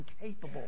incapable